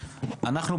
אנחנו,